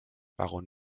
baron